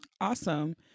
Awesome